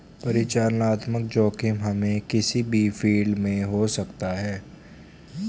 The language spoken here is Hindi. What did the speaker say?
परिचालनात्मक जोखिम हमे किसी भी फील्ड में हो सकता है